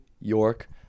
York